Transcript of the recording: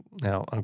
Now